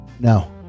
No